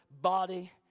body